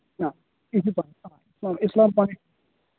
نہ کیٚنہہ چھُنہٕ پَرواے اِسلام پویِنٹ